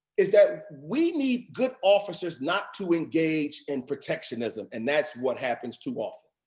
is that we need good officers not to engage in protectionism, and that's what happens too often.